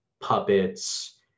puppets